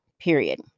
period